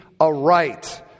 aright